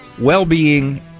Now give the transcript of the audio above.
well-being